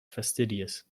fastidious